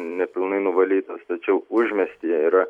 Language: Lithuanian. nepilnai nuvalytas tačiau užmiestyje yra